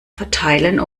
verteilen